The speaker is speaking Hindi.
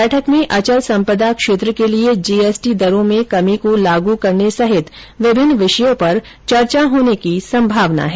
बैठक में अचल संपदा क्षेत्र के लिए जी एस टी दरों में कमी को लागू करने सहित विभिन्न विषयों पर चर्चा होने की संभावना है